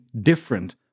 different